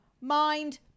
mind